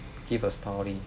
give a story